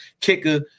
kicker